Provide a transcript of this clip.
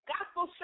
Gospel